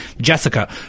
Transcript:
Jessica